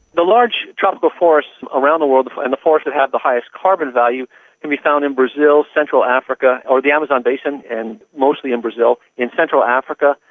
the large tropical forests around the world but and the forests that have the highest carbon value can be found in brazil, central africa or the amazon basin and mostly in brazil, in central africa,